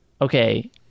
okay